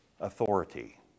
authority